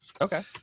Okay